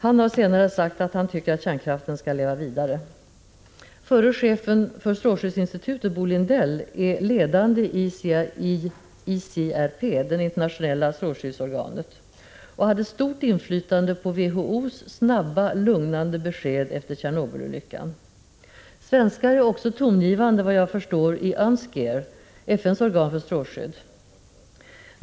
Han har senare sagt att han tycker att kärnkraften skall leva vidare. Förre chefen för strålskyddsinstitutet Bo Lindell är ledande i ICRP, det internationella strålskyddsorganet, och hade stort inflytande på WHO:s snabba, lugnande besked efter Tjernobylolyckan. Svenskar är också, vad jag förstår, tongivande i UNSCEAR, FN:s organ för strålskydd.